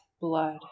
blood